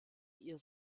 ihr